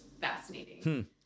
fascinating